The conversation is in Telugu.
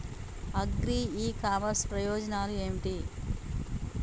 అగ్రి ఇ కామర్స్ ప్రయోజనాలు ఏమిటి?